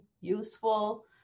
useful